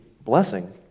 blessing